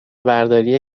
برداری